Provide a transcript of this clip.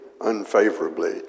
unfavorably